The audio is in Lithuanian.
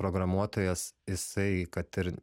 programuotojas jisai kad ir